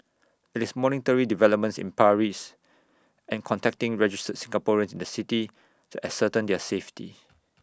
IT is monitoring developments in Paris and contacting registered Singaporeans in the city to ascertain their safety